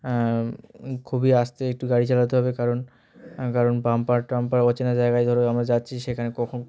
খুবই আস্তে একটু গাড়ি চালাতে হবে কারণ কারণ বাম্পার টাম্পার অচেনা জায়গায় ধরো আমরা যাচ্ছি সেখানে কখন